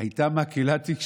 האמת,